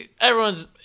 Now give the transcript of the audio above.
Everyone's